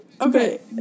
okay